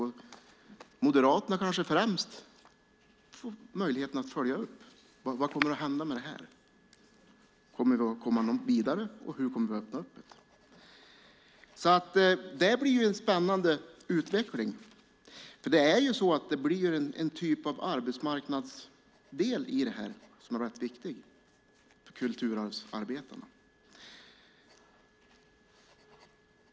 Kanske främst Moderaterna får möjlighet att följa upp vad som kommer att hända med detta. Kommer vi vidare och hur kommer vi att öppna upp detta? Det blir en spännande utveckling. Det blir en arbetsmarknad som är rätt viktig, nämligen kulturarvsarbetarna.